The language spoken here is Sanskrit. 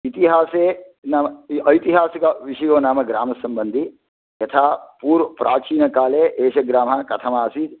इतिहासे नाम ऐतिहासिकविषयो नाम ग्रामसम्बन्धी यथा पूर्वं प्राचीनकाले एषः ग्रामः कथमासीत्